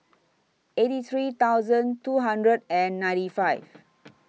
eighty three thousand two hundred and ninety five